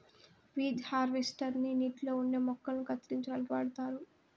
weed harvester ని నీటిలో ఉండే మొక్కలను కత్తిరించడానికి వాడుతారు